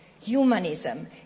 humanism